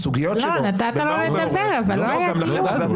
בסוגיות שלו --- נתת לו לדבר אבל לא היה דיון אמיתי.